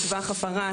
טווח הפרה,